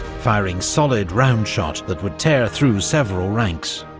firing solid roundshot that would tear through several ranks,